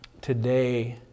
today